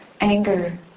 anger